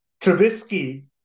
Travisky